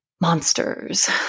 monsters